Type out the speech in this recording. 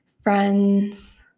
friends